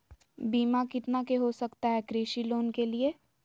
बीमा कितना के हो सकता है कृषि लोन के लिए?